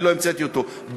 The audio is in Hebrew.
אני לא המצאתי אותו,